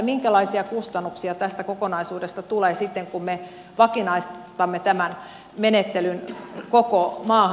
minkälaisia kustannuksia tästä kokonaisuudesta tulee sitten kun me vakinaistamme tämän menettelyn koko maahan